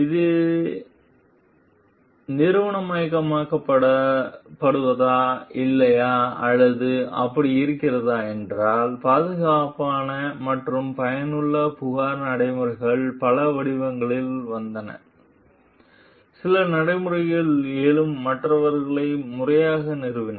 இது நிறுவனமயமாக்கப்பட்டதா இல்லையா அல்லது அப்படி இருக்கிறதா என்றால் பாதுகாப்பான மற்றும் பயனுள்ள புகார் நடைமுறைகள் பல வடிவங்களில் வந்தால் சிலர் நடைமுறையில் எழும் மற்றவர்களை முறையாக நிறுவினர்